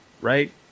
Right